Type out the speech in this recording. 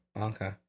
Okay